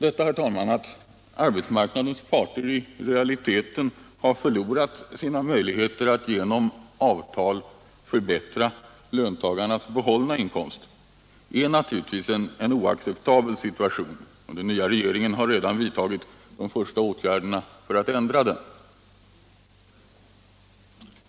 Detta, herr talman, att arbetsmarknadens parter i realiteten har förlorat sina möjligheter att genom avtal förbättra löntagarnas behållna inkomster är naturligtvis en oacceptabel situation, och den nya regeringen har redan vidtagit de första åtgärderna för att ändra den.